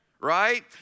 Right